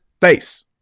face